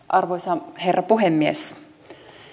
arvoisa herra puhemies